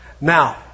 Now